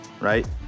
right